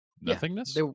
nothingness